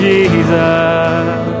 Jesus